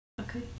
Okay